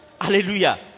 Hallelujah